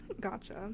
Gotcha